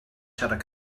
siarad